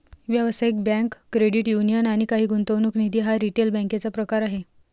व्यावसायिक bank, credit union आणि काही गुंतवणूक निधी हा रिटेल बँकेचा प्रकार आहे